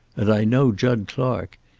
and i know jud clark.